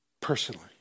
personally